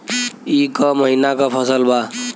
ई क महिना क फसल बा?